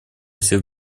всех